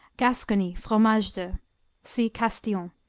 gascony, fromage de see castillon.